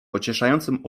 pocieszającym